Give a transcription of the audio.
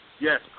yes